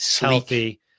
healthy